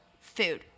food